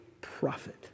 prophet